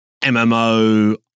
MMO